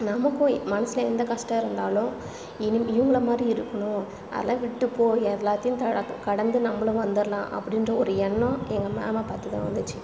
நமக்கும் மனசில் எந்த கஷ்டம் இருந்தாலும் இனி இவங்கள மாதிரி இருக்கணும் அதெலாம் விட்டுட்டு போ எல்லாத்தையும் க கடந்து நம்மளும் வந்துர்லாம் அப்படின்ற ஒரு எண்ணம் எங்கள் மேமை பார்த்து தான் வந்துச்சு